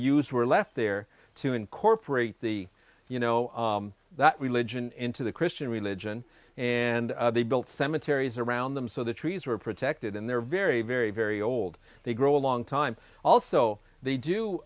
used were left there to incorporate the you know that religion into the christian religion and they built cemeteries around them so the trees were protected and they're very very very old they grow a long time also they do